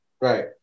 Right